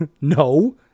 No